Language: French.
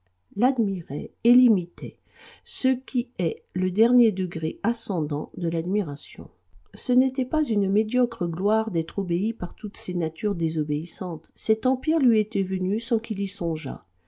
l'admiraient et l'imitaient ce qui est le dernier degré ascendant de l'admiration ce n'était pas une médiocre gloire d'être obéi par toutes ces natures désobéissantes cet empire lui était venu sans qu'il y songeât